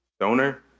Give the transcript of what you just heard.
Donor